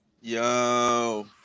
yo